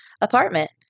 apartment